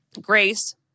Grace